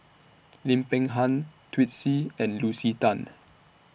Lim Peng Han Twisstii and Lucy Tan